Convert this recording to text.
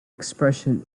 expression